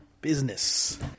Business